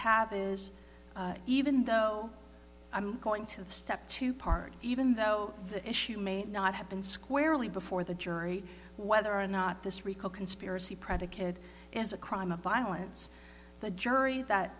have is even though i'm going to step two part even though the issue may not have been squarely before the jury whether or not this rico conspiracy predicated as a crime of violence the jury that